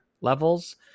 Levels